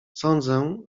sądzę